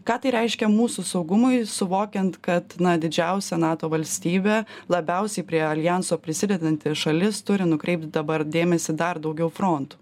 ką tai reiškia mūsų saugumui suvokiant kad na didžiausia nato valstybė labiausiai prie aljanso prisidedanti šalis turi nukreipt dabar dėmesį į dar daugiau frontų